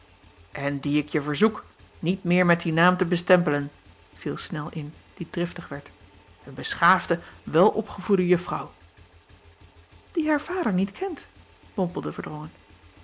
n die ik je verzoek niet meer met dien naam te bestempelen viel nel in die driftig werd een beschaafde welopgevoede uffrouw ie haar vader niet kent mompelde erdrongen